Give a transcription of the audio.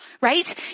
right